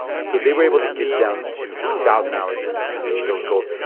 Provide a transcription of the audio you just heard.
so they were able to get down to a thousand hours and and reach those goals.